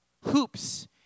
hoops